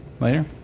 later